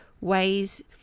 ways